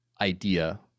idea